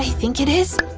think it is?